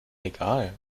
egal